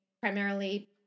primarily